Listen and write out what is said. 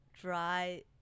dry